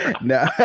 No